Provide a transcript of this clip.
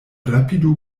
rapidu